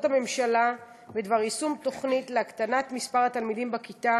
הממשלה בדבר יישום תוכנית להקטנת מספר התלמידים בכיתה